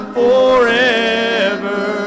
forever